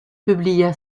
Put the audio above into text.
publia